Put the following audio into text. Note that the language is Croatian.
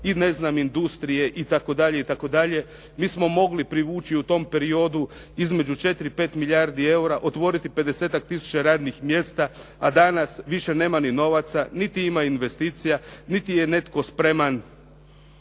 i ne znam industrije itd. Mi smo mogli privući u tom periodu između 4, 5 milijardi eura, otvoriti 50-ak tisuća radnih mjesta, a danas više nema ni novaca, niti ima investicija, niti je netko spreman